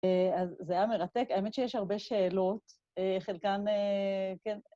אז זה היה מרתק. האמת שיש הרבה שאלות. חלקן... כן